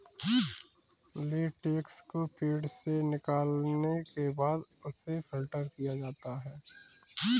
latex को पेड़ से निकालने के बाद उसे फ़िल्टर किया जाता है